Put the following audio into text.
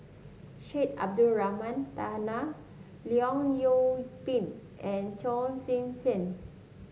Syed Abdulrahman Taha Leong Yoon Pin and Chong Tze Chien